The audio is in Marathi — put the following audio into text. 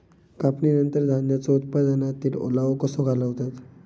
कापणीनंतर धान्यांचो उत्पादनातील ओलावो कसो घालवतत?